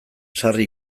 sarri